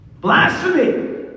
Blasphemy